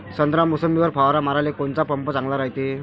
संत्रा, मोसंबीवर फवारा माराले कोनचा पंप चांगला रायते?